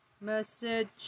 message